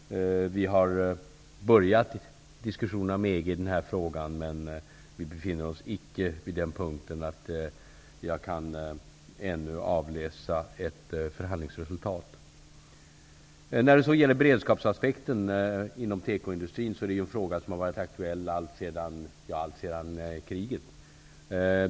Vi har börjat diskussionerna med EG i den här frågan, men vi befinner oss icke på ett sådant stadium att jag kan avläsa ett förhandlingsresultat. Frågan om beredskapsaspekten inom tekoindustrin har varit aktuell alltsedan kriget.